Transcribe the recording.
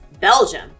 Belgium